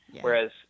whereas